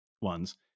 ones